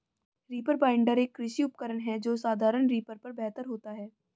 reaper binder, एक कृषि उपकरण है जो साधारण रीपर पर बेहतर होता है